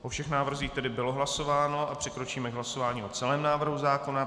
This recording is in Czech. O všech návrzích tedy bylo hlasováno a přikročíme k hlasování o celém návrhu zákona.